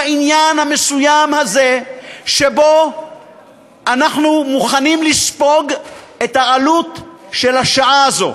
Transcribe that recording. שבעניין המסוים הזה אנחנו מוכנים לספוג את העלות של השעה הזאת